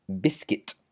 biscuit